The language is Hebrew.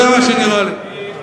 זה מה שנראה לי.